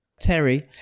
Terry